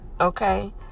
okay